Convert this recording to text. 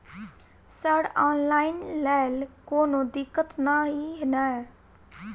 Sir online लैल कोनो दिक्कत न ई नै?